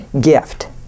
gift